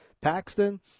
Paxton